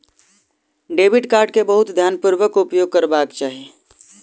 debit card के बहुत ध्यानपूर्वक उपयोग करबाक चाही